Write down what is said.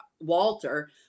walter